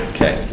Okay